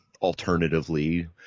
Alternatively